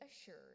assured